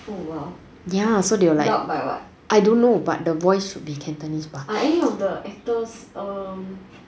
oh !whoa! ya so they were like dubbed by what I don't know but the voice should be cantonese bah the the actors